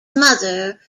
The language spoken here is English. mother